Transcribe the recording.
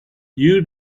you